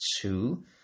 two